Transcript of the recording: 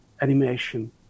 animation